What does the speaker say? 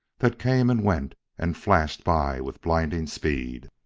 that came and went and flashed by with blinding speed.